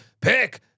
Pick